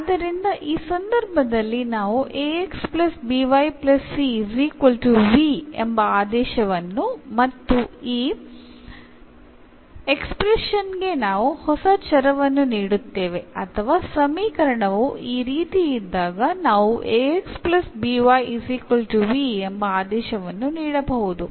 ಆದ್ದರಿಂದ ಈ ಸಂದರ್ಭದಲ್ಲಿ ನಾವು ಎಂಬ ಆದೇಶವನ್ನು ಮತ್ತು ಈ ಎಕ್ಸ್ಪ್ರೆಶನ್ಗೆ ನಾವು ಹೊಸ ಚರವನ್ನು ನೀಡುತ್ತೇವೆ ಅಥವಾ ಸಮೀಕರಣವು ಈ ರೀತಿ ಇದ್ದಾಗ ನಾವು ಎಂಬ ಆದೇಶವನ್ನು ನೀಡಬಹುದು